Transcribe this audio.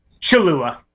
Chalua